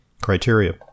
criteria